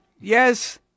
Yes